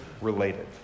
related